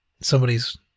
somebody's